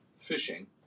fishing